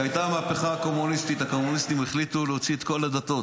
שיפסיק לדבר שטויות.